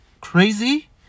crazy